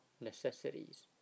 necessities